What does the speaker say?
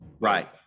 Right